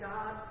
God